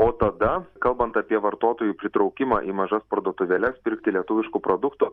o tada kalbant apie vartotojų pritraukimą į mažas parduotuvėles pirkti lietuviškų produktų